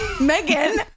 megan